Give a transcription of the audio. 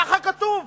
ככה כתוב.